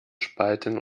spalten